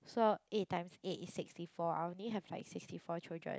so eight times eight is sixty four I only have like sixty four children